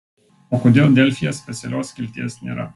o kodėl delfyje specialios skilties nėra